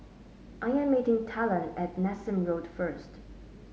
I am meeting Talen at Nassim Road first